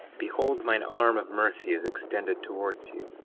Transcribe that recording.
behold, mine arm of mercy is extended towards you,